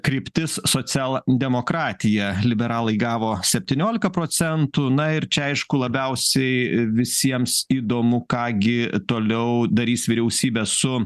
kryptis socialdemokratija liberalai gavo septyniolika procentų na ir čia aišku labiausiai visiems įdomu ką gi toliau darys vyriausybė su